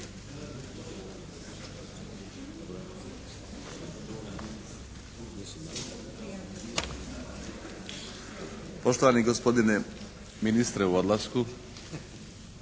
Poštovani gospodine ministre u odlasku,